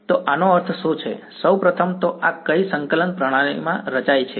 તો આનો અર્થ શું છે સૌ પ્રથમ તો આ કઈ સંકલન પ્રણાલીમાં રચાયેલ છે